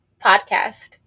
Podcast